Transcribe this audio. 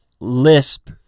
Lisp